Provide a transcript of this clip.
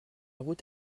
route